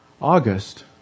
August